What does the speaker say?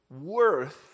worth